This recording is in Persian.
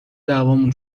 دعوامون